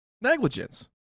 negligence